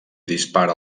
dispara